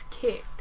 kicked